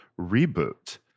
Reboot